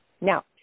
Now